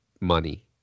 money